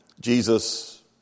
Jesus